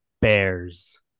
Bears